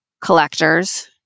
collectors